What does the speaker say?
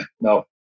no